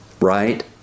Right